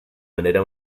venera